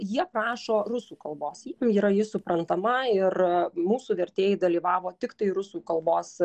jie prašo rusų kalbos jiem yra ji suprantama ir mūsų vertėjai dalyvavo tiktai rusų kalbos